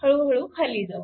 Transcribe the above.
तर हळूहळू खाली जाऊ